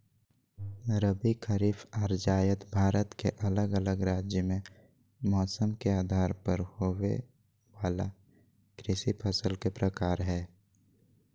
रबी, खरीफ आर जायद भारत के अलग अलग राज्य मे मौसम के आधार पर होवे वला कृषि फसल के प्रकार हय